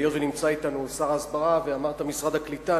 היות שנמצא אתנו שר ההסברה ואמרת משרד הקליטה,